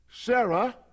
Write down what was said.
Sarah